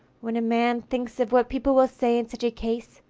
when a man thinks of what people will say in such a case,